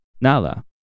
Nala